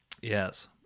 yes